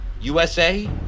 USA